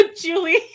Julie